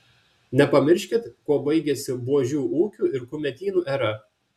nepamirškit kuo baigėsi buožių ūkių ir kumetynų era